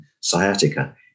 sciatica